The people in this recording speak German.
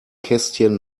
kästchen